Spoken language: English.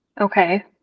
Okay